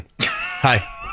hi